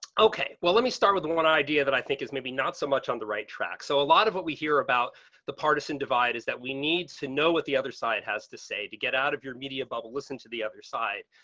okay. well, let me start with one idea that i think is maybe not so much on the right track. so a lot of what we hear about the partisan divide is that we need to know what the other side has to say to get out of your media bubble. listen to the other side.